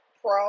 Pro